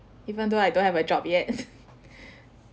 even though I don't have a job yet